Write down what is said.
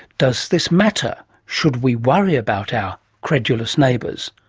does this matter? should we worry about our credulous neighbours,